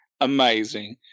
amazing